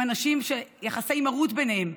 עם אנשים שיש יחסי מרות ביניהם.